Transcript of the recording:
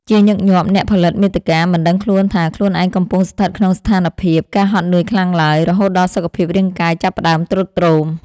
ជាញឹកញាប់ អ្នកផលិតមាតិកាមិនដឹងខ្លួនថាខ្លួនឯងកំពុងស្ថិតក្នុងស្ថានភាព ការហត់នឿយខ្លាំងឡើយ រហូតដល់សុខភាពរាងកាយចាប់ផ្ដើមទ្រុឌទ្រោម។